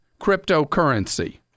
cryptocurrency